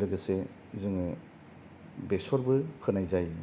लोगोसे जोङो बेसरबो फोनाय जायो